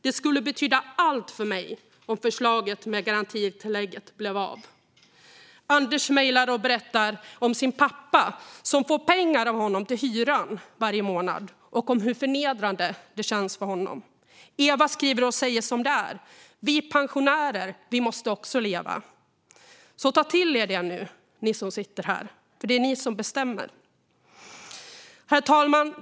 Det skulle betyda allt för mig om förslaget om garantitillägget blev av. Anders mejlar och berättar om sin pappa, som får pengar av honom till hyran varje månad och om hur förnedrande det känns för honom. Eva skriver och säger som det är: Vi pensionärer måste också leva. Ta till er det nu, ni som sitter här, för det är ni som bestämmer! Herr talman!